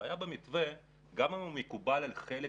הבעיה היא שגם אם המתווה מקובל על חלק